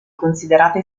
considerata